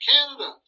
Canada